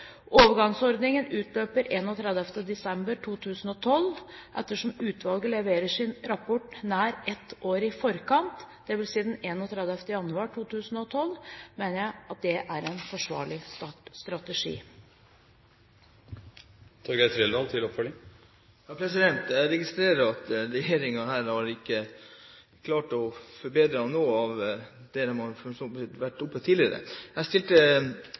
Overgangsordningen utløper 31. desember 2012. Ettersom utvalget leverer sin rapport nær ett år i forkant, dvs. den 31. januar 2012, mener jeg at det er en forsvarlig strategi. Jeg registrerer at regjeringen ikke har klart å forbedre noe av det som har vært oppe tidligere. Jeg stilte